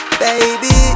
baby